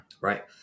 right